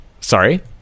sorry